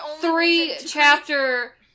three-chapter